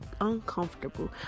uncomfortable